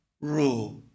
rule